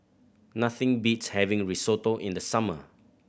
nothing beats having Risotto in the summer